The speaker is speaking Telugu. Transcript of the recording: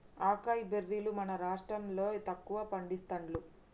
అకాయ్ బెర్రీలు మన రాష్టం లో తక్కువ పండిస్తాండ్లు